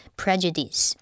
prejudice